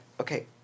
okay